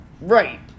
Right